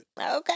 Okay